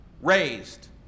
raised